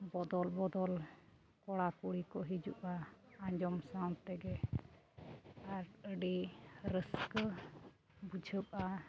ᱚᱫᱚᱞ ᱵᱚᱫᱚᱞ ᱠᱚᱲᱟᱼᱠᱩᱲᱤ ᱠᱚ ᱦᱤᱡᱩᱜᱼᱟ ᱟᱸᱡᱚᱢ ᱥᱟᱶ ᱛᱮᱜᱮ ᱟᱨ ᱟᱹᱰᱤ ᱨᱟᱹᱥᱠᱟᱹ ᱵᱩᱡᱷᱟᱹᱜᱼᱟ